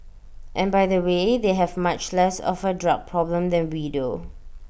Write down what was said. and by the way they have much less of A drug problem than we do